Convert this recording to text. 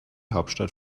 hauptstadt